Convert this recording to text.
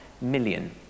million